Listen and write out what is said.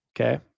Okay